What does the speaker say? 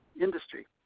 industry